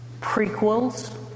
prequels